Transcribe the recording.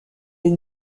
les